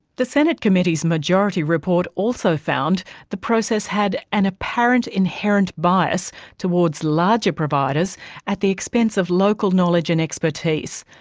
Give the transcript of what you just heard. the senate committee's majority report also found the process had an apparent inherent bias towards larger providers at the expense of local knowledge and expertise,